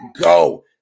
go